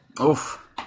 Oof